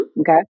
Okay